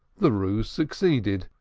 the ruse succeeded,